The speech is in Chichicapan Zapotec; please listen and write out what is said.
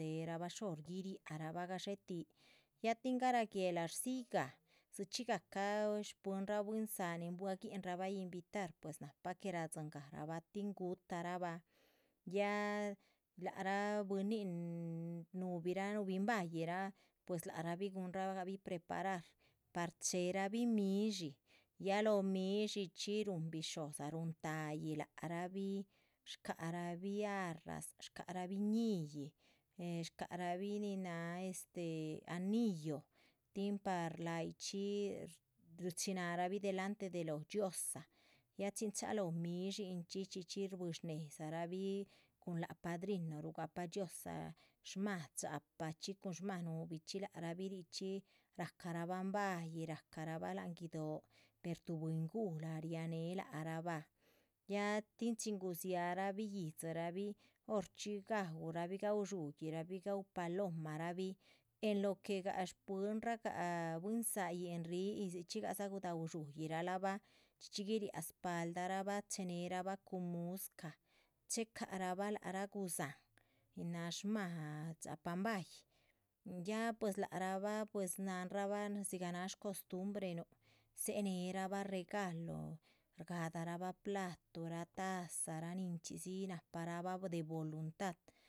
Dzéherabah shóhor guiriahrabah gadxéhetih ya tin garáh guéhla rdzíyih gah dzíchxi gahcah shpwinrah bwín záa nin guaguihinrabah invitar pues nahpa que radzín gahrabah. tin guhutarabah ya lac rah bwínin núhubirah núbin báyihraa pues lac raabih guhunragabi preparar par chehérabih midshí, rúhun bisho´dza rúhun taýih lac rahbih. shcáha rabih arras, shcáha rabih ñílli, eh shcáha rabih, nin náha este anillo tin par láyichxi rchináharabih delante de lóho dhxiózaa ya chin chalóho midshí. chí chxí shbuihi shnéhedza rabih cun láha padrinu rugapah dhxiózaa shmáha dxápachxi cun shmáha nubuchxi lác raabih richxí rah carabahan báyih, rah caraba láhan. guido´, per tuh b´win guhla néhe lac rahbah, ya tin chin gudziáhrabi yíhdzirahbi horchxi gaúrahbi, gaú dshúhirahbi gaú palomarabih en lo que gah shpuhinragah, bwín. záayin rdziáhatin dzichxí gadza gudaú dshúyirabah chxí chxí guiriáha spahaldarabah chenérabah cun muscah chehecarabah lác rah gudzáhan, nin náha shmáha dxápahn báyih. ya pues lac rahbah pues nahnrabah dzigah náha shcostumbrenuh dzéhe neherabah regalo o shgadarabah platuhraa, tazaraa, nin chxí dzi nahparabah de voluntad.